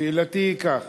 שאלתי היא כך: